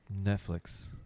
netflix